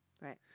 Right